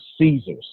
Caesars